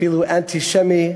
אפילו אנטישמי,